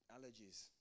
allergies